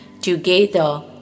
together